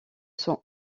son